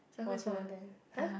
was one of them !huh!